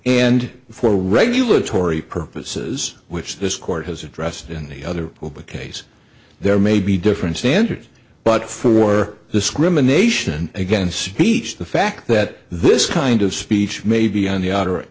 and for regulatory purposes which this court has addressed in any other case there may be different standards but for discrimination against speech the fact that this kind of speech may be on the outer